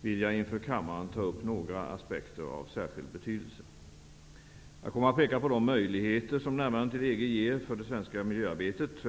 vill jag inför kammaren ta upp några aspekter av särskild betydelse. Jag kommer att peka på de möjligheter som närmandet till EG ger för det svenska miljöarbetet.